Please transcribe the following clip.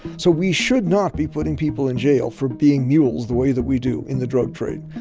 so we should not be putting people in jail for being mules the way that we do in the drug trade.